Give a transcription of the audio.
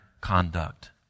conduct